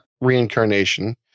reincarnation